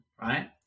right